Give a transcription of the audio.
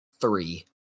three